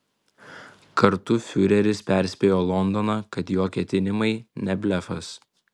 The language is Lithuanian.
kartu fiureris perspėjo londoną kad jo ketinimai ne blefas